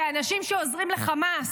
כאנשים שעוזרים לחמאס.